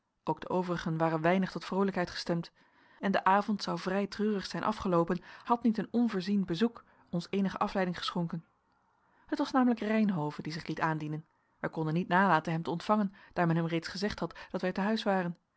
ook de overigen waren weinig tot vroolijkheid gestemd en de avond zou vrij treurig zijn afgeloopen had niet een onvoorzien bezoek ons eenige afleiding geschonken het was namelijk reynhove die zich liet aandienen wij konden niet nalaten hem te ontvangen daar men hem reeds gezegd had dat wij te huis waren